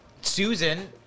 Susan